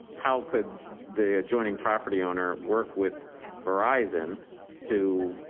how could the adjoining property owner work with verizon to